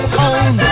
home